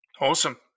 Awesome